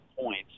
points